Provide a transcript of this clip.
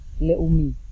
Leumi